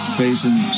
facing